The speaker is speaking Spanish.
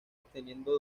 obteniendo